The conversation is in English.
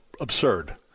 absurd